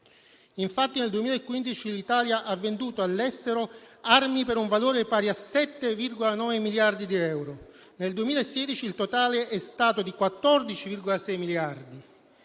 Infatti, nel 2015 l'Italia ha venduto all'estero armi per un valore pari a 7,9 miliardi di euro; nel 2016 il totale è stato di 14,6 miliardi,